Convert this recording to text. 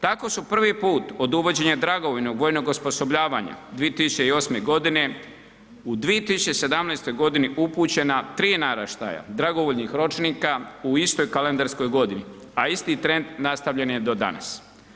Tako su prvi put od uvođenja dragovoljnog vojnog osposobljavanja 2008. godine u 2017. upućena tri naraštaja dragovoljnih ročnika u istoj kalendarskoj godini a isti trend nastavljen je do danas.